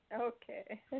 Okay